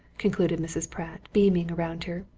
concluded mrs. pratt, beaming around her,